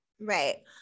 right